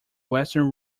western